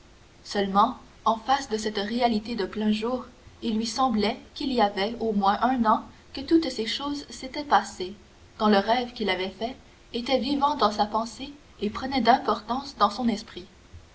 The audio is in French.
seulement en face de cette réalité de plein jour il lui semblait qu'il y avait au moins un an que toutes ces choses s'étaient passées tant le rêve qu'il avait fait était vivant dans sa pensée et prenait d'importance dans son esprit